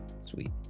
Sweet